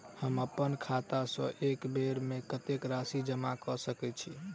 हम अप्पन खाता सँ एक बेर मे कत्तेक राशि जमा कऽ सकैत छी?